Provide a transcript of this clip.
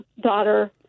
daughter